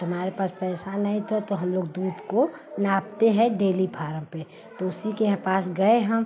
तो हमारे पास पैसा नहीं था तो हम लोग दूध को नापते हैं डेली फार्म पर तो उसी के यहाँ पास गए हम